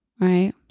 right